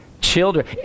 Children